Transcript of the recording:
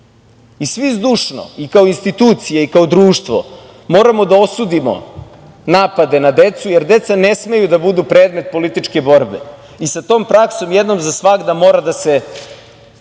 Svi zdušno i kao institucije i kao društvo moramo da osudimo napade na decu, jer deca ne smeju da budu predmet političke borbe. Sa tom praksom jednom za svagda mora da se